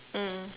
mm